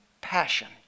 passion